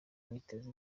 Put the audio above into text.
witeze